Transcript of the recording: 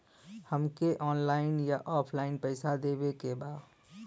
हमके ऑनलाइन या ऑफलाइन पैसा देवे के बा?